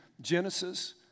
Genesis